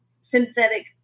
synthetic